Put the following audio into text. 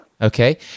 Okay